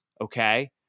okay